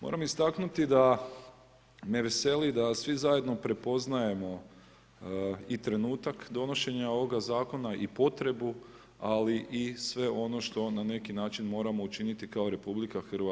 Moram istaknuti da me veseli da svi zajedno prepoznajemo i trenutak donošenja ovoga zakona i potrebu, ali i sve ono što na neki način moramo učiniti kao RH.